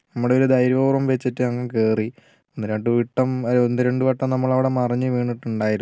നമ്മടെ ഒരു ധൈര്യപൂർവ്വം വെച്ചിട്ട് അങ്ങ് കയറി ഒന്നു രണ്ട് വിട്ടം ഒന്നു രണ്ടുവട്ടം നമ്മൾ അവിടെ മറിഞ്ഞു വീണിട്ടുണ്ടായിരുന്നു